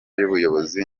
y’ubuyobozi